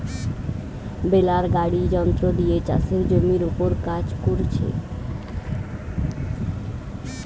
বেলার গাড়ি যন্ত্র দিয়ে চাষের জমির উপর কাজ কোরছে